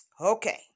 Okay